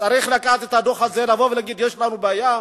צריך לקחת את הדוח הזה ולומר: יש לנו בעיה,